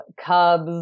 cubs